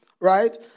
right